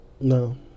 No